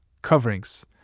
Coverings